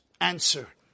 answer